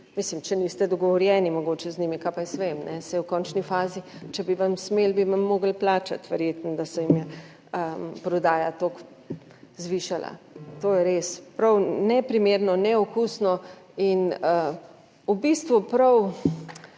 če niste dogovorjeni mogoče z njimi, kaj pa jaz vem, saj v končni fazi, če bi vam smeli, bi vam morali plačati, verjetno da se jim je prodaja toliko zvišala. To je res, prav neprimerno, neokusno in v bistvu prav